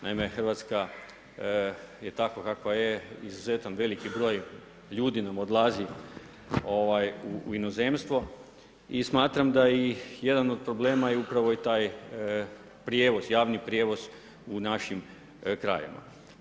Naime, Hrvatska je takva kakva je, izuzetan veliki broj ljudi nam odlazi u inozemstvo i smatram da i jedan od problema je upravo i taj prijevoz, javni prijevoz u našim krajevima.